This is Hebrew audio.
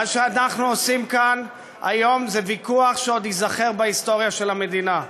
מה שאנחנו עושים כאן היום זה ויכוח שעוד ייזכר בהיסטוריה של המדינה,